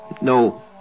No